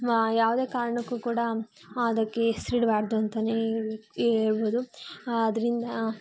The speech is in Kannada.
ಯಾವುದೇ ಕಾರಣಕ್ಕೂ ಕೂಡ ಅದಕ್ಕೆ ಹೆಸರಿಡ್ಬಾರ್ದು ಅಂತನೇ ಹೇಳ್ಕ್ ಹೇಳ್ಬೋದು ಅದರಿಂದ